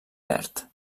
verd